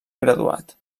graduat